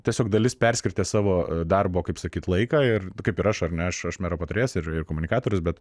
tiesiog dalis perskirstė savo darbo kaip sakyti laiką ir kaip ir aš ar ne aš mero patarėjas ir ir komunikatorius bet